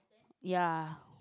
ya